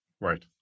Right